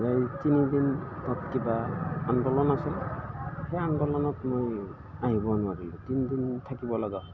যায় তিনিদিন তাত কিবা আন্দোলন আছিল সেই আন্দোলনত মই আহিব নোৱাৰিলোঁ তিনিদিন থাকিব লগা হ'ল